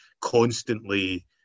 constantly